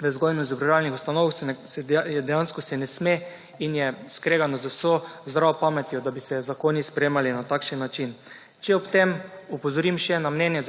vzgojno-izobraževalnih ustanov se dejansko ne sme in je skregano z vso zdravo pametjo, da bi se zakoni sprejemali na takšen način. Če ob tem opozorim še na mnenje